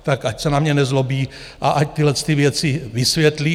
Tak ať se na mě nezlobí a ať tyhlety věci vysvětlí.